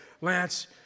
Lance